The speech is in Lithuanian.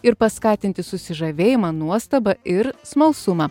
ir paskatinti susižavėjimą nuostabą ir smalsumą